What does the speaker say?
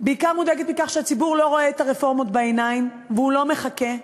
בעיקר מודאגת מכך שהציבור לא רואה את הרפורמות בעיניים והוא לא מחכה.